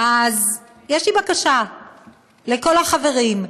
אז יש לי בקשה לכל החברים: